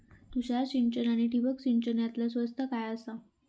तुषार सिंचन आनी ठिबक सिंचन यातला स्वस्त काय आसा?